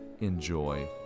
enjoy